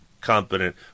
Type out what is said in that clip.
competent